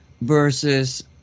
versus